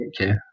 okay